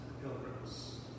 pilgrims